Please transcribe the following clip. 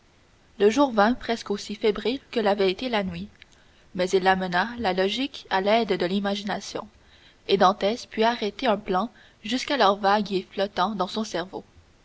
le jour vint presque aussi fébrile que l'avait été la nuit mais il amena la logique à l'aide de l'imagination et dantès put arrêter un plan jusqu'alors vague et flottant dans son cerveau